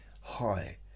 hi